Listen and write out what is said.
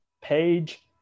Page